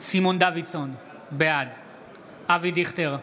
סימון דוידסון, בעד אבי דיכטר,